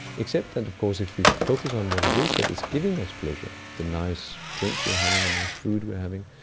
except that of course if we focus on what it is that is giving us pleasure, the nice drink we're having, the nice food we're having,